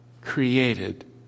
created